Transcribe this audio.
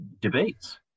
debates